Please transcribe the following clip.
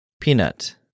Peanut